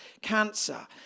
cancer